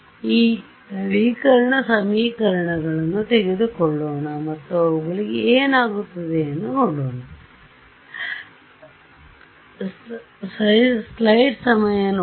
ಆದ್ದರಿಂದ ಈ ನವೀಕರಣ ಸಮೀಕರಣಗಳನ್ನು ತೆಗೆದುಕೊಳ್ಳೋಣ ಮತ್ತು ಅವುಗಳಿಗೆ ಏನಾಗುತ್ತದೆ ಎಂದು ನೋಡೋಣ